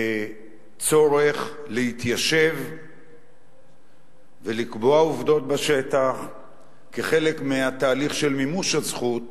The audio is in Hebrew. בצורך להתיישב ולקבוע עובדות בשטח כחלק מהתהליך של מימוש הזכות,